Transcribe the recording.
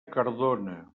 cardona